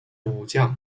武将